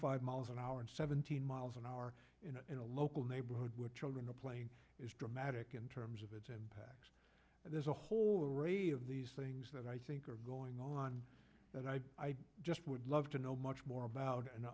five miles an hour and seventeen miles an hour in a local neighborhood where children are playing is dramatic in terms of its impact and there's a whole array of these things that i think are going on that i just would love to know much more about and